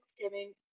Thanksgiving